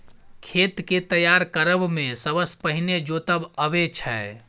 खेत केँ तैयार करब मे सबसँ पहिने जोतब अबै छै